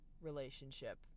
relationship